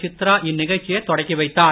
சித்ரா இந்நிகழ்ச்சியை தொடக்கி வைத்தார்